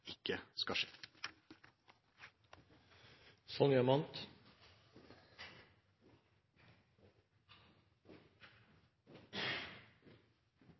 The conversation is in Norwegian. ikke skal